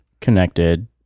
connected